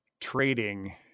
trading